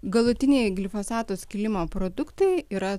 galutiniai gliukonato skilimo produktai yra